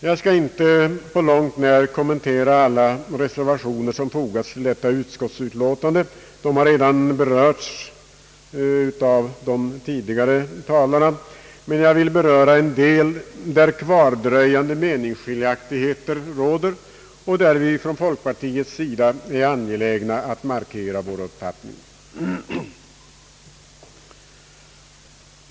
Jag skall inte på långt när kommentera alla reservationer som fogats till utskottsutlåtandena, ty de har redan be rörts av de tidigare talarna, men jag vill ta upp några punkter där kvardröjande meningsskiljaktigheter råder och där vi från folkpartiets sida är angelägna att markera vår uppfattning.